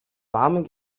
warmen